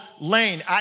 lane